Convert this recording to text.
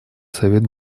совет